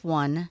one